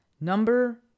Number